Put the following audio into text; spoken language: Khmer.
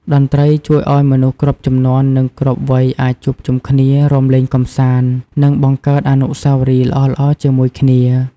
តន្ត្រីជួយឱ្យមនុស្សគ្រប់ជំនាន់ និងគ្រប់វ័យអាចជួបជុំគ្នា រាំលេងកម្សាន្ត និងបង្កើតអនុស្សាវរីយ៍ល្អៗជាមួយគ្នា។